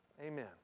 Amen